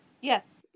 Yes